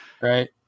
right